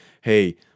hey